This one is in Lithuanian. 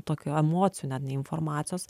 tokių emocijų net ne informacijos